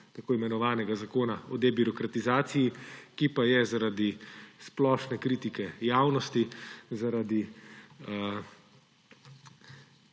tako imenovanega zakona o debirokratizaciji, ki pa je zaradi splošne kritike javnosti, konec